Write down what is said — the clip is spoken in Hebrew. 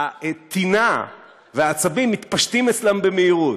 הטינה והעצבים מתפשטים אצלם במהירות,